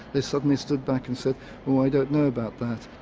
they suddenly stood back and said oh, i don't know about that.